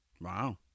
Wow